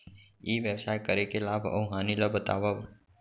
ई व्यवसाय करे के लाभ अऊ हानि ला बतावव?